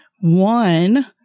one